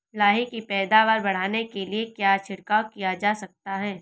लाही की पैदावार बढ़ाने के लिए क्या छिड़काव किया जा सकता है?